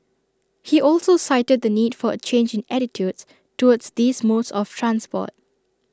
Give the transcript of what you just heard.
he also cited the need for A change in attitudes towards these modes of transport